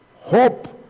hope